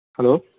hello